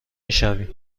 میشویم